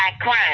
crime